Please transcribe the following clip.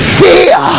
fear